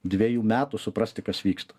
dvejų metų suprasti kas vyksta